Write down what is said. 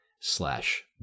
slash